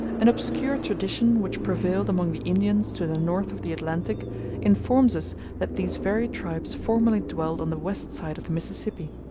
an obscure tradition which prevailed among the indians to the north of the atlantic informs us that these very tribes formerly dwelt on the west side of the mississippi.